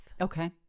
Okay